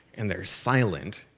and they're silent.